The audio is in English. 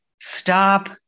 Stop